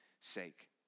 sake